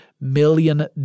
million